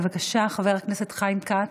בבקשה, חבר הכנסת חיים כץ,